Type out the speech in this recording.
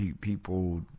people